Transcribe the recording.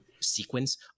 sequence